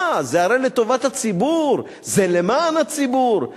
מה, זה הרי לטובת הציבור, זה למען הציבור.